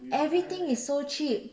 everything is so cheap